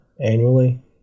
annually